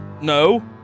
No